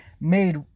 made